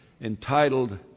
entitled